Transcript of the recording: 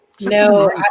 no